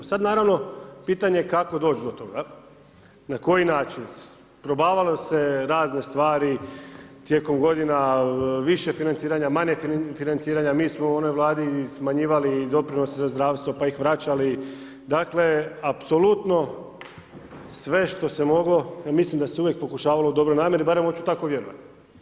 Sad naravno pitanje kako doć do toga, na koji način, probavalo se razne stvari tijekom godina, više financiranja, manje financiranja, mi smo u onoj Vladi smanjivali doprinose za zdravstvo pa ih vraćali, dakle, apsolutno sve što se moglo jer mislim da se uvijek pokušavalo u dobroj namjeri barem hoću tako vjerovat.